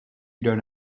donne